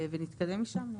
ונתקדם משם.